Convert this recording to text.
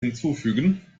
hinzufügen